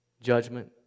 judgment